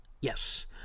yes